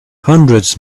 hundreds